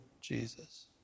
Jesus